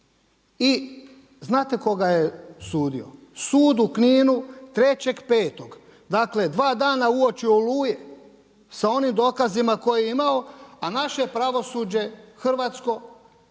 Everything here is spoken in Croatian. I znate tko ga je sudio? Sud u Kninu 3.5. dakle dva dana uoči Oluje sa onim dokazima koje je imao, a naše pravosuđe hrvatsko u